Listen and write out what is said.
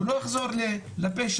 הוא לא יחזור לפשע.